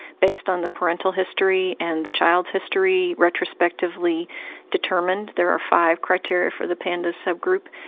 based on the parental history and the child's history retrospectively determined. there are five criteria for the pandas sub group.